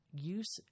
use